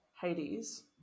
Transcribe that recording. Hades